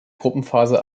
gruppenphase